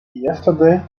yesterday